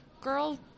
girl